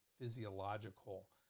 physiological